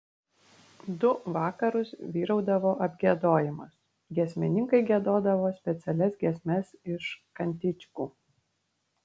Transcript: du vakarus vyraudavo apgiedojimas giesmininkai giedodavo specialias giesmes iš kantičkų